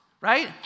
right